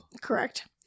Correct